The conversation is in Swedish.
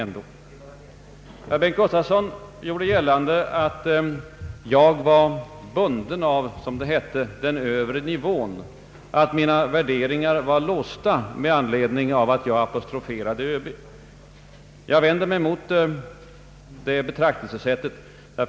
Herr Bengt Gustavsson gjorde gällande att jag var bunden vid den ”övre nivån” och att mina värderingar var låsta därför att jag apostroferade ÖB. Jag vänder mig mot detta betraktelsesätt.